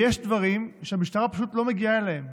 יש דברים שהמשטרה פשוט לא מגיעה אליהם.